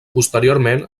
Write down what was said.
posteriorment